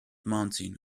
mounting